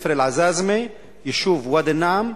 בית-ספר "אל-עזאזמה" ביישוב ואדי-נעם,